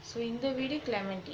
so இந்த வீடு:intha veedu clementi